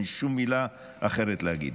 אין שום מילה אחרת להגיד.